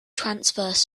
transverse